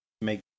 make